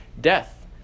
death